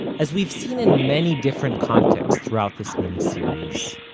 as we've seen in many different contexts throughout this miniseries,